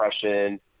depression